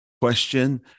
question